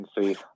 see